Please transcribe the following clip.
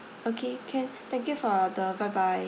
okay can thank you for order bye bye